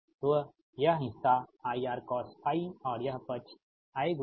तो यह हिस्सा IRcos∅ है और यह पक्ष I sin∅ है